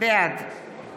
בעד